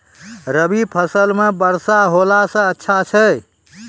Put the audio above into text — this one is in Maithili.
रवी फसल म वर्षा होला से अच्छा छै?